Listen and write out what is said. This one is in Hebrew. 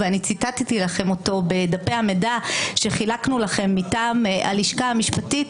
וציטטתי לכם אותו בדפי המידע שחילקנו לכם מטעם הלשכה המשפטית,